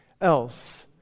else